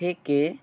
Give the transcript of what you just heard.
থেকে